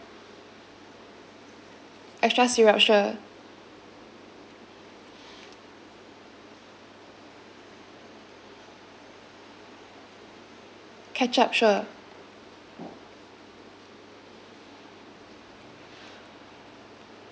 extra syrup sure ketchup sure